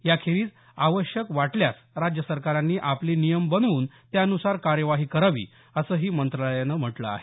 याखेरीज आवश्यक वाटल्यास राज्य सरकारांनी आपले नियम बनवून त्यानुसार कार्यवाही करावी असंही मंत्रालयानं म्हटलं आहे